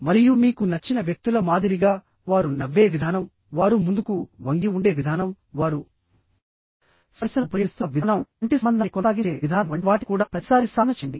మరియు మీకు నచ్చిన వ్యక్తుల మాదిరిగా వారు నవ్వే విధానం వారు ముందుకు వంగి ఉండే విధానం వారు స్పర్శను ఉపయోగిస్తున్న విధానం కంటి సంబంధాన్ని కొనసాగించే విధానం వంటి వాటిని కూడా ప్రతిసారీ సాధన చేయండి